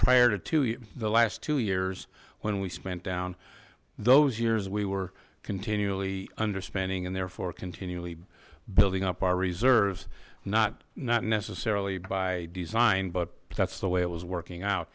prior to to you the last two years when we spent down those years we were continually understanding and therefore continually building up our reserves not not necessarily by design but that's the way it was working out